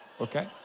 okay